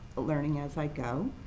learning as i go.